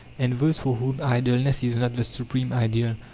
and those for whom idleness is not the supreme ideal.